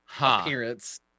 appearance